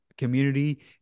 community